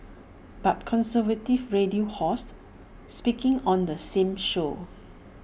but conservative radio host speaking on the same show